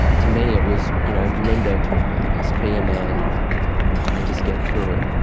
to me it was you know men don't talk about this, be a man and and just get through it'.